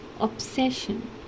obsession